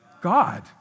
God